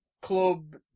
club